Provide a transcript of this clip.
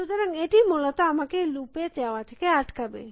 সুতরাং এটি মূলত আমাকে লুপ এ যাওয়া থেকে আটকাবে